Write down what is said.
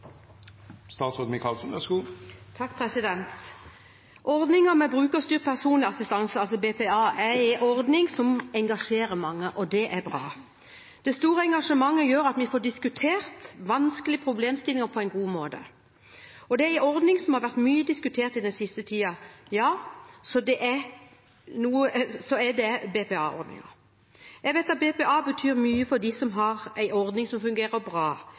ordning som engasjerer mange. Det er bra. Det store engasjementet gjør at vi får diskutert vanskelige problemstillinger på en god måte. Er det en ordning som har vært mye diskutert den siste tiden, er det BPA-ordningen. Jeg vet at BPA betyr mye for dem som har en ordning som fungerer bra,